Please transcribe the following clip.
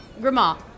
grandma